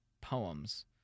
Poems